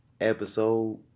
episode